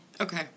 Okay